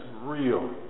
real